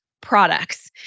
products